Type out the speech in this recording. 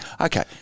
Okay